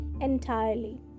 Entirely